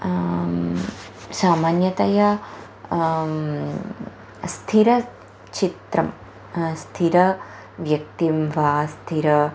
सामान्यतया स्थिरचित्रं स्थिरव्यक्तिं वा स्थिरं